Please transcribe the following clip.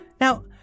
Now